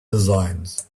designs